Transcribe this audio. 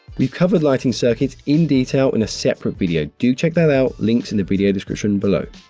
we've covered lighting circuits in detail in a separate video. do check that out. links in the video description below.